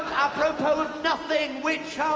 apropos of nothing, witch hunt!